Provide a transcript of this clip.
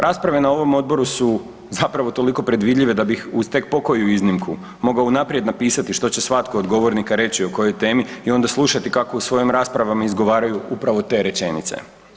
Rasprave na ovom odboru su zapravo toliko predvidljive da bih uz tek pokoju iznimku mogao unaprijed napisati što će svatko od govornika reći o kojoj temi i onda slušati kako u svojim raspravama izgovaraju upravo te rečenice.